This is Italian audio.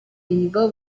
vivo